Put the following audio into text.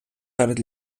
перед